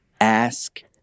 ask